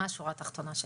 מה השורה התחתונה שלך?